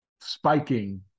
spiking